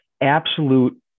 absolute